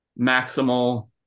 maximal